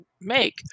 make